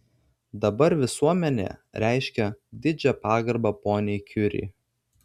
dabar visuomenė reiškia didžią pagarbą poniai kiuri